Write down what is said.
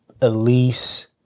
Elise